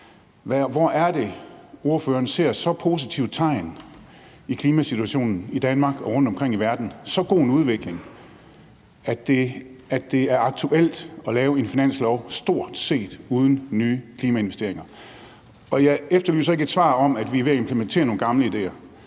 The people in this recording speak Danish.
Hvor er det, at ordføreren ser så positive tegn i klimasituationen i Danmark og rundtomkring i verden, altså så god en udvikling, at det er aktuelt at lave et forslag til finanslov stort set uden nye klimainvesteringer? Og jeg efterlyser ikke et svar om, at vi er ved at implementere nogle gamle idéer,